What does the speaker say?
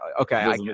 Okay